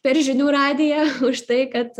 per žinių radiją už tai kad